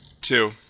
Two